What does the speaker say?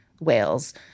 whales